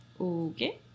Okay